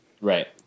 Right